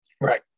Right